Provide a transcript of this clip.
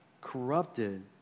corrupted